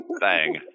Bang